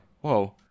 Whoa